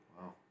Wow